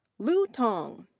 lu tang.